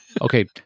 okay